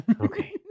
Okay